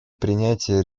принятие